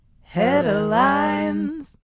Headlines